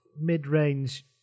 mid-range